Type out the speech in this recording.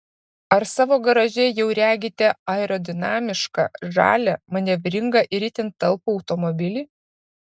ar savo garaže jau regite aerodinamišką žalią manevringą ir itin talpų automobilį